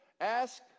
ask